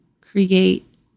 create